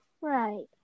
Right